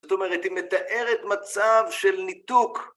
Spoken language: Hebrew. זאת אומרת, היא מתארת מצב של ניתוק.